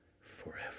forever